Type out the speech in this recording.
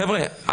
חבר'ה,